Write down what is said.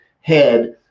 head